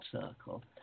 circle